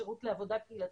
השירות לעבודה קהילתית.